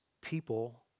people